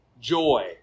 joy